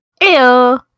Ew